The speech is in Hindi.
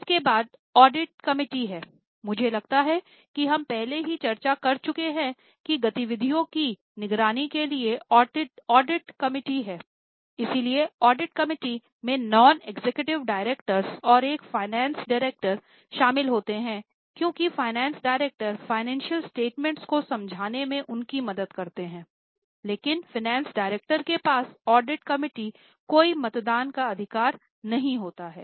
इसके बाद ऑडिट कमेटी कोई मतदान का अधिकार नहीं होता है